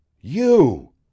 You